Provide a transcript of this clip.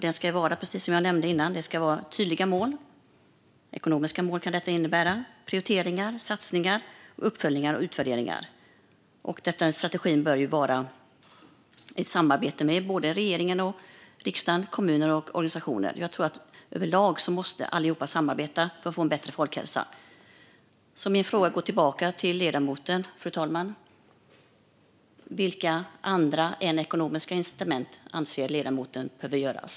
Det ska, som jag nämnde tidigare, vara tydliga mål, som kan vara ekonomiska, samt prioriteringar, satsningar, uppföljningar och utvärderingar. Strategin bör vara ett samarbete mellan regeringen och riksdagen, kommuner och organisationer. Jag tror överlag att alla måste samarbeta för att vi ska få en bättre folkhälsa. Jag ställer en fråga tillbaka till ledamoten, fru talman: Vilka andra incitament än ekonomiska anser ledamoten behövs?